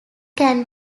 can